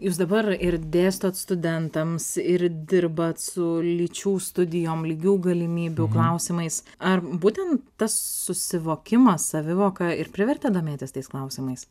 jūs dabar ir dėstote studentams ir dirbate su lyčių studijom lygių galimybių klausimais ar būtent tas susivokimas savivoka ir privertė domėtis tais klausimais